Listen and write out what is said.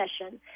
session